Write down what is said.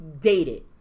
dated